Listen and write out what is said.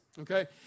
Okay